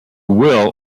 will